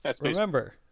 Remember